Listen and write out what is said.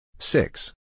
six